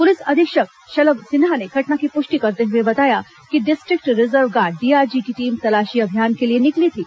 police अधीक्षक शलभ सिन्हा ने घटना की पुष्टि करते हुए बताया कि डिस्ट्रिक्ट रिजर्व गार्ड डीआरजी की टीम तलाशी अभियान के लिए निकली थी